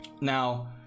Now